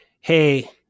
Hey